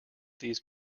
these